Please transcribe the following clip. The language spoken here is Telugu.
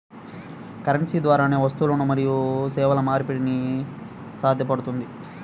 కరెన్సీ ద్వారానే వస్తువులు మరియు సేవల మార్పిడి సాధ్యపడుతుంది